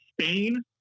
Spain